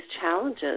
challenges